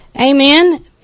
amen